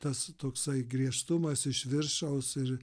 tas toksai griežtumas iš viršaus ir